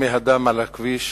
על הכביש,